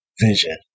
vision